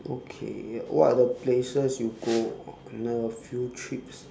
okay what are the places you go on the few trips